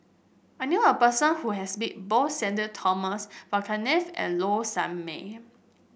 I knew a person who has met both Sudhir Thomas Vadaketh and Low Sanmay